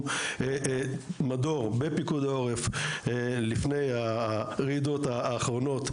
מדור בפיקוד העורף לפני הרעידות האחרונות,